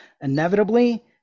inevitably